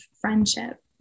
friendship